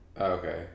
Okay